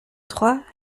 trois